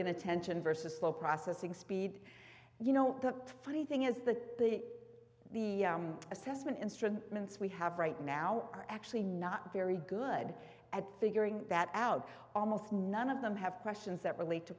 inattention versus low processing speed you know the funny thing is that the the assessment instruments we have right now are actually not very good at figuring that out almost none of them have questions that relate to